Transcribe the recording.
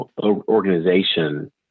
organization